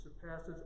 surpasses